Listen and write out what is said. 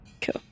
Cool